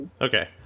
Okay